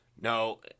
No